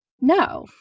No